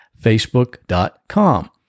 facebook.com